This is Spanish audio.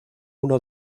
uno